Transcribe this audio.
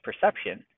perception